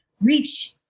reach